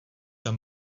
tam